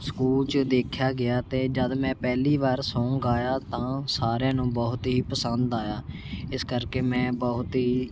school 'ਚ ਦੇਖਿਆ ਗਿਆ ਅਤੇ ਜਦ ਮੈਂ ਪਹਿਲੀ ਵਾਰ ਸੌਂਗ ਗਾਇਆ ਤਾਂ ਸਾਰਿਆ ਨੂੰ ਬਹੁਤ ਹੀ ਪਸੰਦ ਆਇਆ ਇਸ ਕਰਕੇ ਮੈਂ ਬਹੁਤ ਹੀ